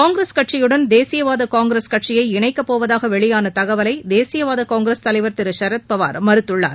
காங்கிரஸ் கட்சியுடன் தேசிவாத காங்கிரஸ் கட்சியை இணைக்கப்போவதாக வெளியான தகவலை தேசிவாத காங்கிரஸ் தலைவர் திரு சரத்பவார் மறுத்துள்ளார்